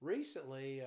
Recently